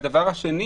הדבר השני